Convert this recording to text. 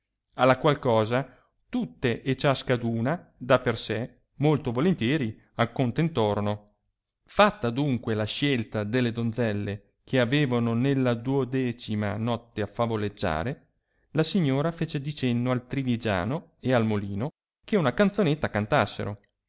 alla qual cosa tutte e ciascaduna da per sé molto volentieri accontentorono fatta adunque la scielta delle donzelle che avevano nella duodecima notte a favoleggiare la signora fece di cenno al trivigiano e al molino che una canzonetta cantassero